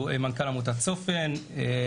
מנכ"ל עמותת "צופן",